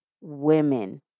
women